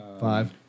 five